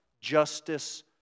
justice